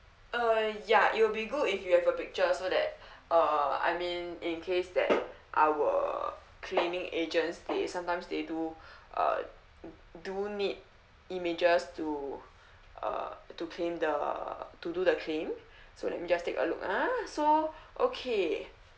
uh ya it will be good if you have a picture so that uh I mean in case that our claiming agents they sometimes they do uh do need images to uh to claim the to do the claim so let me just take a look ah so okay